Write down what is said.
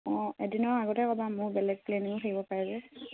অঁ এদিনৰ আগতে ক'বা মোৰ বেলেগ প্লেনিঙো থাকিব পাৰে যে